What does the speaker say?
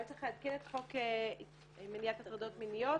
אולי צריך לעדכן את חוק למניעת הטרדות מיניות